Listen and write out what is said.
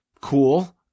Cool